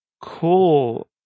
cool